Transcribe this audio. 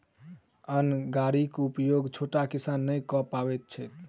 अन्न गाड़ीक उपयोग छोट किसान नै कअ पबैत छैथ